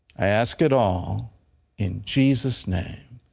i ask it all in jesus' name.